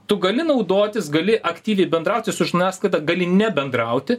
tu gali naudotis gali aktyviai bendrauti su žiniasklaida gali nebendrauti